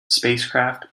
spacecraft